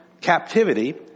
captivity